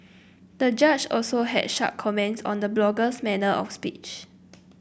the judge also had sharp comments on the blogger's manner of speech